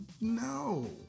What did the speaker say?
no